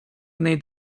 innej